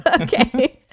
Okay